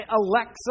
Alexa